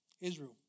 Israel